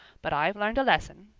but i've learned a lesson.